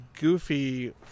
Goofy